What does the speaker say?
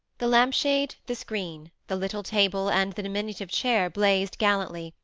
the lamp-shade, the screen, the little table and the diminutive chair blazed gallantly,